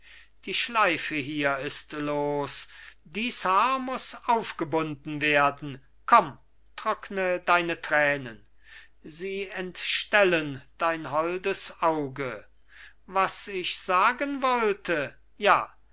die schleife hier ist los dies haar muß aufgebunden werden komm trockne deine tränen sie entstellen dein holdes auge was ich sagen wollte ja